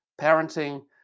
parenting